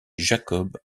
jacob